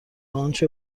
آنچه